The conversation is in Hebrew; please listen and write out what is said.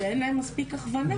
כי אין להם מספיק הכוונה.